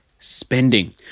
spending